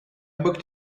booked